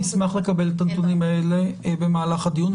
אני אשמח לקבל את הנתונים האלה במהלך הדיון.